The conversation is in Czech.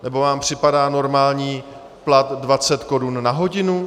Nebo vám připadá normální plat 20 korun na hodinu?